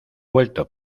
vuelto